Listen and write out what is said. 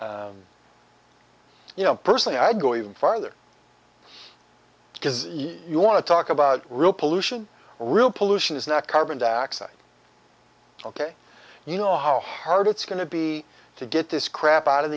o you know personally i go even farther because you want to talk about real pollution real pollution is not carbon dioxide ok you know how hard it's going to be to get this crap out of